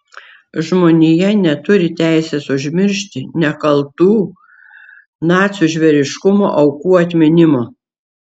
žmonija neturi teisės užmiršti nekaltų nacių žvėriškumo aukų atminimo